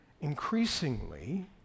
increasingly